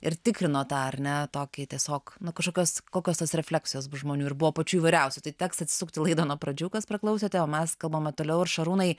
ir tikrinot tą ar ne tokį tiesiog nu kažkokios kokios tos refleksijos bus žmonių ir buvo pačių įvairiausių tai teks atsisukti laidą nuo pradžių kas praklausėte o mes kalbame toliau ir šarūnai